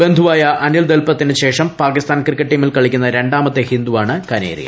ബന്ധുവായ അനിൽ ദൽപത്തിന് ശേഷം പാകിസ്ഥാൻ ക്രിക്കറ്റ് ടീമിൽ കളിക്കുന്ന രണ്ടാമത്തെ ഹിന്ദുവാണ് കനേരിയ